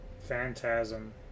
Phantasm